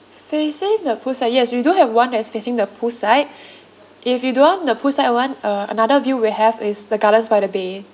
facing the pool side yes we do have one that is facing the pool side if you don't want the pool side [one] uh another view we have is the gardens by the bay